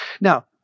Now